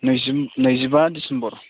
नैजि नैजिबा दिसेम्बर